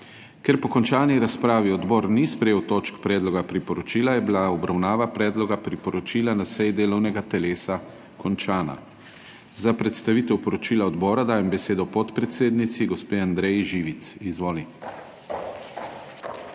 Ker po končani razpravi odbor ni sprejel točk predloga priporočila, je bila obravnava predloga priporočila na seji delovnega telesa končana. Za predstavitev poročila odbora dajem besedo podpredsednici gospe Andreji Živic. Izvoli.